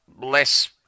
less